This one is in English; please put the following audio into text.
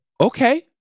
okay